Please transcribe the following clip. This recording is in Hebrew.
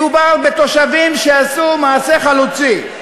מדובר בתושבים שעשו מעשה חלוצי: